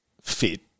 fit